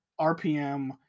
rpm